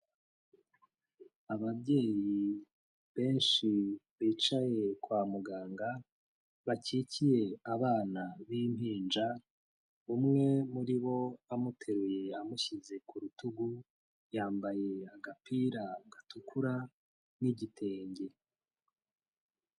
Ababyeyi benshi bicaye kwa muganga, bakikiye abana b'impinja, umwe muri bo amuteruye amushyize ku rutugu, yambaye agapira gatukura n'igitenge.